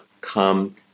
come